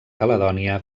caledònia